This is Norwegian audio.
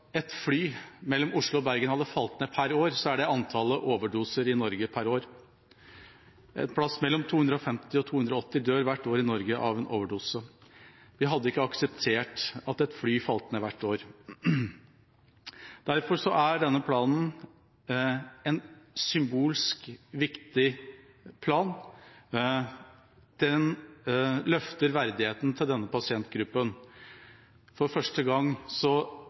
fly mellom Oslo og Bergen faller ned per år, viser det antallet overdoser i Norge per år – et sted mellom 250 og 280 dør hvert år i Norge av overdose. Vi hadde ikke akseptert at et fly falt ned hvert år. Derfor er denne planen en symbolsk viktig plan. Den løfter verdigheten til denne pasientgruppen. For første gang